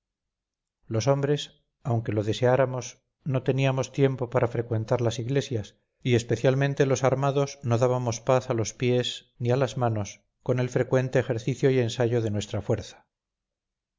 los hombres aunque lo deseáramos no teníamos tiempo para frecuentar las iglesias y especialmente los armados no dábamos paz a los pies ni a las manos con el frecuente ejercicio y ensayo de nuestra fuerza